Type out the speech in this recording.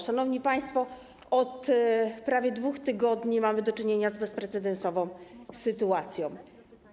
Szanowni państwo, od prawie 2 tygodni mamy do czynienia z bezprecedensową sytuacją.